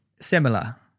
similar